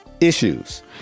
issues